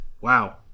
Wow